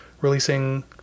releasing